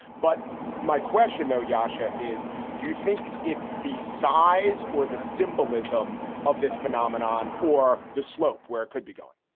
but my question, though, yasha, is do you think it's the size or the symbolism of this phenomenon or the slope where it could be going?